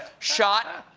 shot,